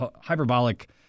hyperbolic